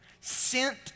sent